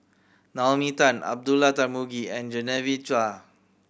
Naomi Tan Abdullah Tarmugi and Genevieve Chua